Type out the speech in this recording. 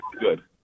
good